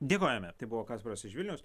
dėkojame tai buvo kasparas iš vilniaus